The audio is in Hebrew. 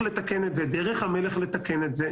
דרך המלך לתקן את זה,